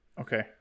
Okay